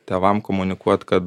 tėvam komunikuot kad